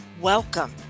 Welcome